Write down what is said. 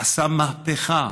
עשה מהפכה